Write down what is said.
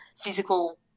physical